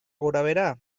gorabehera